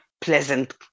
pleasant